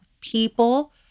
people